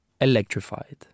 electrified